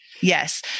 Yes